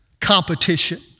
competition